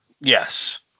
Yes